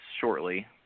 shortly